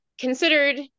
considered –